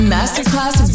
Masterclass